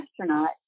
astronaut